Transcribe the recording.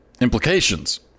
implications